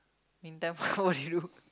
mean time what you do